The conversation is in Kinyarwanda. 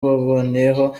baboneyeho